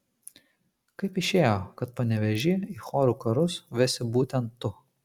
kaip išėjo kad panevėžį į chorų karus vesi būtent tu